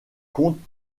compte